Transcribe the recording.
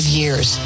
years